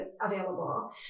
available